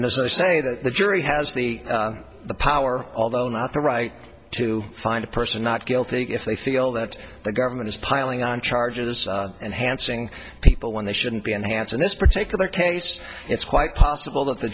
and as i say that the jury has the power although not the right to find a person not guilty if they feel that the government is piling on charges and hansing people when they shouldn't be enhanced in this particular case it's quite possible that the